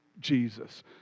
Jesus